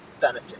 benefit